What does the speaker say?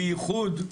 בייחוד,